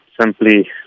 simply